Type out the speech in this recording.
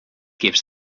gives